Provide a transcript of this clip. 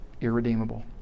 irredeemable